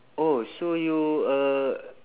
oh so you a